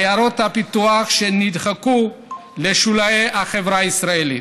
בעיירות הפיתוח, שנדחקו לשולי החברה הישראלית.